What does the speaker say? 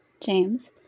James